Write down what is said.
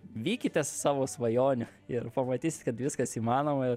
vykitės savo svajonę ir pamatysit kad viskas įmanoma ir